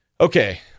Okay